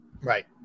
Right